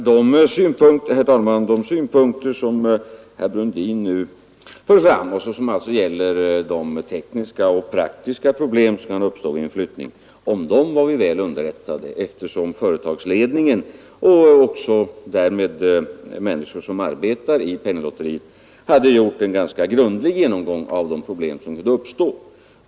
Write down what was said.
Herr talman! Om de synpunkter som herr Brundin nu för fram och som alltså gäller de tekniska och praktiska problem som kan uppstå vid en flyttning var vi väl underrättade, eftersom företagsledningen — och därmed också människor som arbetar i Penninglotteriet — hade gjort en ganska grundlig genomgång av de problem som kunde uppstå.